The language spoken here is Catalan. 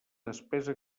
despesa